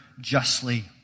justly